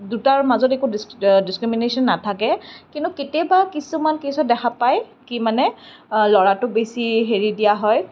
দুটাৰ মাজত একো ডিচ ডিচক্ৰিমিনেচন নাথাকে কিন্তু কেতিয়াবা কিছুমান কে'ছত দেখা পায় কি মানে ল'ৰাটোক বেছি হেৰি দিয়া হয়